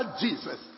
Jesus